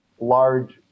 large